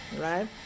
right